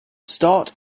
start